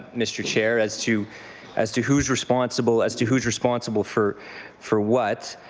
mr. chair. as to as to who is responsible as to who is responsible for for what.